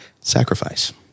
Sacrifice